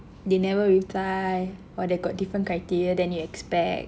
they never reply or they got different criteria than you expect